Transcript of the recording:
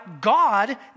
God